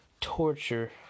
torture